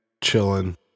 chilling